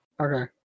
Okay